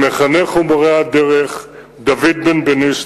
המחנך ומורה הדרך דוד בנבנישתי,